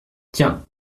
tiens